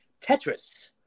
Tetris